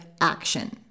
action